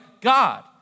God